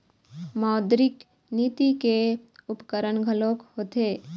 मौद्रिक नीति के उपकरन घलोक होथे